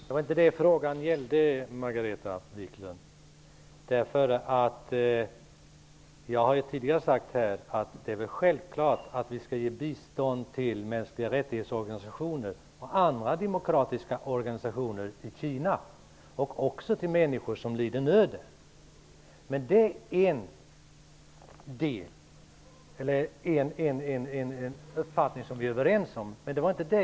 Herr talman! Det var inte det frågan gällde. Vi har tidigare sagt att det är självklart att vi skall ge bistånd till mänskliga-rättighets-organisationer och andra demokratiska organisationer i Kina, och även till människor som lider nöd. Det är en uppfattning som vi är överens om.